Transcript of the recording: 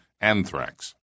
anthrax